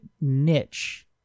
niche